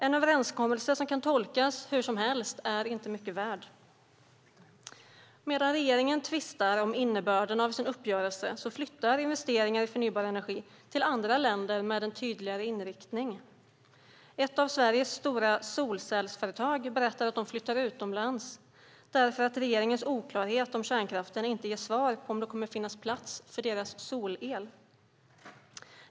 En överenskommelse som kan tolkas hur som helst är inte mycket värd. Medan regeringen tvistar om innebörden av sin uppgörelse flyttar investeringar i förnybar energi till länder med en tydligare inriktning. Ett av Sveriges stora solcellsföretag berättar att man flyttar utomlands därför att regeringens oklarhet om kärnkraften inte ger svar på om det kommer att finnas plats för deras solel.